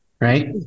Right